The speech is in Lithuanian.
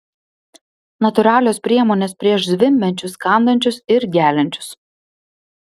natūralios priemonės prieš zvimbiančius kandančius ir geliančius